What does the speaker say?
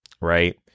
right